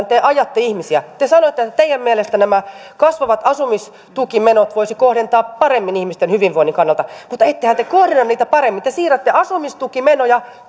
te ajatte ihmisiä te sanoitte että teidän mielestänne nämä kasvavat asumistukimenot voisi kohdentaa paremmin ihmisten hyvinvoinnin kannalta mutta ettehän te korjanneet niitä paremmin te siirrätte asumistukimenoja